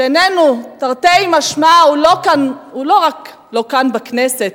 שאיננו, תרתי משמע, הוא לא רק לא כאן, בכנסת,